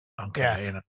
Okay